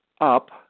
up